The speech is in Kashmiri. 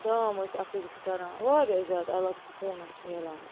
ڈام ٲسۍ اَکھ أکِس کَران واریاہ ٲسۍ زیادٕ الگ سُکوٗن اوس میلان